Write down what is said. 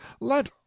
let